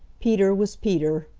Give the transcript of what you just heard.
peter was peter.